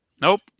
Nope